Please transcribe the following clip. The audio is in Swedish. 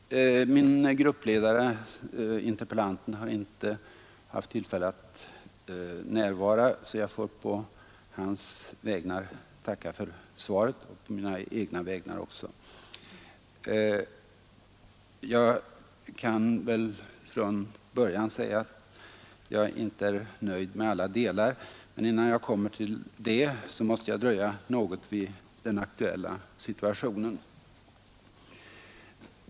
Om åtgärder för att Herr talman! Min gruppledare, interpellanten, har inte tillfälle att — uttrycka solidaritet närvara, Jag får på hans vägnar — och mina egna — tacka för svaret. med det vietname Jag kan väl från början säga att jag inte är nöjd med alla delar, men = siska folket innan jag kommer till det måste jag dröja något vid den aktuella situationen.